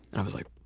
i was like,